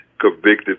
convicted